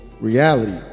reality